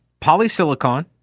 polysilicon